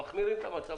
אנחנו מחמירים את המצב.